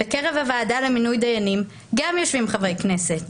בקרב הוועדה למינוי דיינים גם יושבים חברי כנסת,